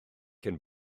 cyn